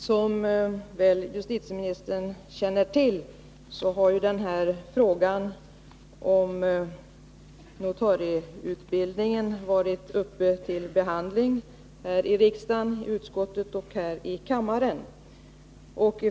Herr talman! Denna fråga om notarieutbildningen har, som justitieministern väl känner till, varit uppe till behandling i justitieutskottet och här i kammaren.